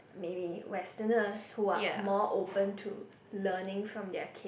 maybe Westerners who are more open to learning from their kid